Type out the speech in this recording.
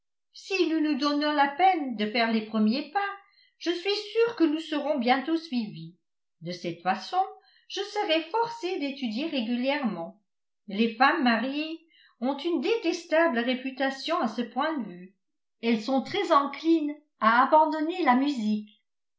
si nous nous donnons la peine de faire les premiers pas je suis sûre que nous serons bientôt suivies de cette façon je serai forcée d'étudier régulièrement les femmes mariées ont une détestable réputation à ce point de vue elles sont très enclines à abandonner la musique